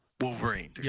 Wolverine